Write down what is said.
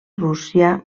rússia